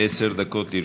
עשר דקות לרשותך.